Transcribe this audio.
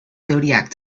zodiac